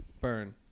Burn